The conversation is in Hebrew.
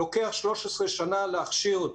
לוקח 13 שנה להכשיר אותו.